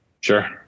Sure